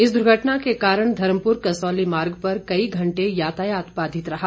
इस द्र्घटना के कारण धर्मपुर कसौली मार्ग पर कई घंटे यातायात बाधित रहा